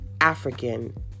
African